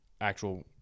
actual